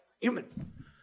human